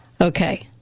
Okay